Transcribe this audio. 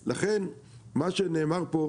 לכן מה שנאמר פה,